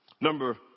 Number